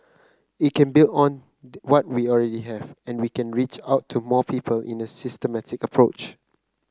it can build on what we already have and we can reach out to more people in a systematic approach